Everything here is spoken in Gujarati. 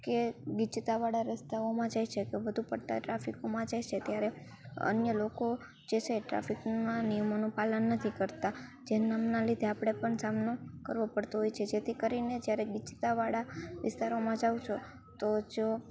કે ગીચતાવાળા રસ્તાઓમાં જાય છે કે વધુ પડતા ટ્રાફિકોમાં જાય છે ત્યારે અન્ય લોકો જે છે ટ્રાફિકના નિયમોનું પાલન નથી કરતા જેના લીધે આપણે પણ સામનો કરવો પડતો હોય છે જેથી કરીને જ્યારે ગીચતાવાળા વિસ્તારોમાં જાવ છો તો જો